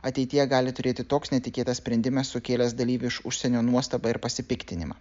ateityje gali turėti toks netikėtas sprendimas sukėlęs dalyvių iš užsienio nuostabą ir pasipiktinimą